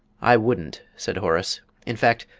i wouldn't, said horace in fact,